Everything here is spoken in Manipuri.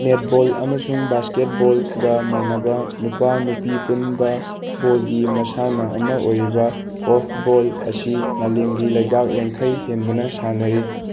ꯅꯦꯠꯕꯣꯜ ꯑꯃꯁꯨꯡ ꯕꯥꯁꯀꯦꯠꯕꯣꯜꯒ ꯃꯥꯟꯅꯕ ꯅꯨꯄꯥ ꯅꯨꯄꯤ ꯄꯨꯟꯕ ꯕꯣꯜꯒꯤ ꯃꯁꯥꯟꯅ ꯑꯃ ꯑꯣꯏꯔꯤꯕ ꯀꯣꯔꯐꯕꯣꯜ ꯑꯁꯤ ꯃꯥꯂꯦꯝꯒꯤ ꯂꯩꯕꯥꯛ ꯌꯥꯡꯈꯩ ꯍꯦꯟꯕꯅ ꯁꯥꯟꯅꯔꯤ